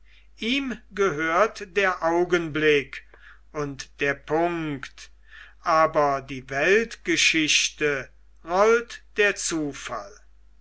ihm gehört der augenblick und der punkt aber die weltgeschichte rollt der zufall